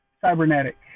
cybernetic